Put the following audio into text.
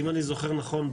אם אני זוכר נכון,